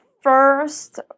first